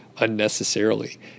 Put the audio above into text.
unnecessarily